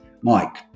Mike